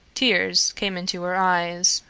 tears came into her eyes.